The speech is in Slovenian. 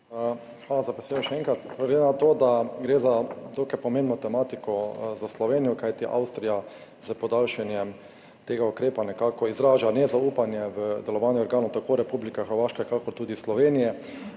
hvala za besedo. Glede na to, da gre za dokaj pomembno tematiko za Slovenijo, kajti Avstrija s podaljšanjem tega ukrepa nekako izraža nezaupanje v delovanje organov tako Republike Hrvaške kakor tudi Slovenije,